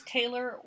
Taylor